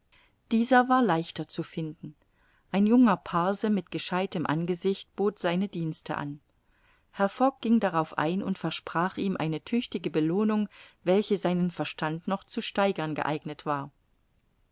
dieser war leichter zu finden ein junger parse mit gescheitem angesicht bot seine dienste an herr fogg ging darauf ein und versprach ihm eine tüchtige belohnung welche seinen verstand noch zu steigern geeignet war